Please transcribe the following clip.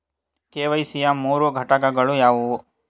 KYC ಯ ಮೂರು ಘಟಕಗಳು ಯಾವುವು?